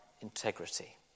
integrity